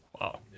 Wow